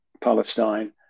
Palestine